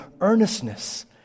earnestness